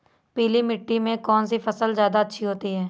पीली मिट्टी में कौन सी फसल ज्यादा अच्छी होती है?